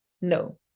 no